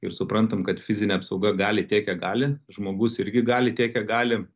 ir suprantam kad fizinė apsauga gali tiek kiek gali žmogus irgi gali tiek kiek gali